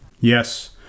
Yes